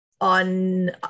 on